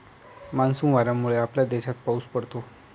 monsoon वाऱ्यांमुळे आपल्या देशात पाऊस पडतो